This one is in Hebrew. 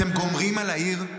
אתם גומרים על העיר,